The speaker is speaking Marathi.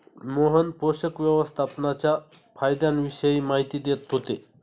मोहन पोषक व्यवस्थापनाच्या फायद्यांविषयी माहिती देत होते